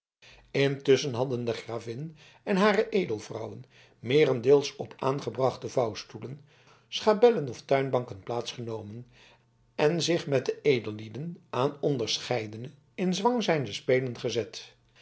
intusschen hadden de gravin en hare edelvrouwen meerendeels op aangebrachte vouwstoelen schabellen of tuinbanken plaats genomen en zich met de edellieden aan onderscheidene in zwang zijnde spelen gezet